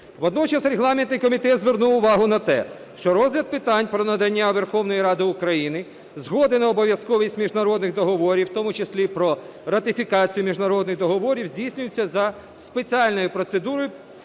Водночас Регламентний комітет звернув увагу на те, що розгляд питань про надання Верховної Ради України згоди на обов'язковість міжнародних договорів, у тому числі про ратифікацію міжнародних договорів, здійснюється за спеціальною процедурою,